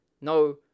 No